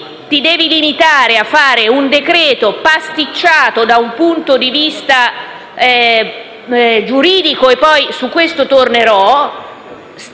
ci si limita a fare un decreto pasticciato da un punto di vista giuridico - poi su questo punto